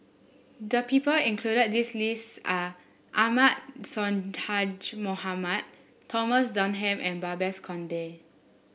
the people included at this list are Ahmad Sonhadji Mohamad Thomas Dunman and Babes Conde